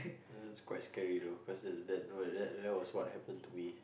that's quite scary though cause there's that was what happpened to me